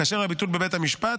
כאשר הביטול בבית המשפט,